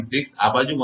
6 આ બાજુ 1